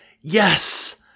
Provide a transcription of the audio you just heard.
yes